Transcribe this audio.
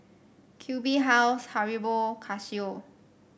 Q B House Haribo Casio